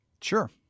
Sure